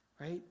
right